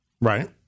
right